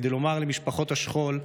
כדי לומר למשפחות השכול: